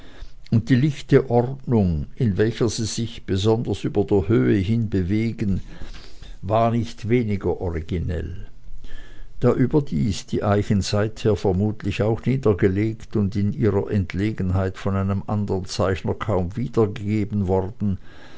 und die lichte ordnung in welcher sie sich besonders über die höhe hin bewegten war nicht weniger original da überdies die eichen seither vermutlich auch niedergelegt und in ihrer entlegenheit von einem andern zeichner kaum wiedergegeben worden